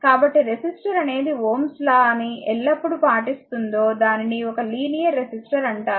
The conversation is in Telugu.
కాబట్టి రెసిస్టర్ అనేది Ω's లాΩ's lawని ఎల్లప్పుడూ పాటిస్తుందో దానిని ఒక లినియర్ రెసిస్టర్ అంటారు